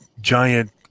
giant